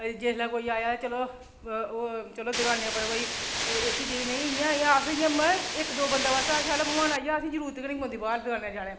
जिसलै कोई आया चलो ओह् दकानै पर भई एह्की चीज़ नेईं अस इ'यां जि'यां दो मिंट आस्तै साढ़े कोई बंदा आई जा ते असेंगी जरूरत गै निं पौंदी हट्टिया जाने दी